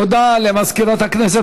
תודה למזכירת הכנסת.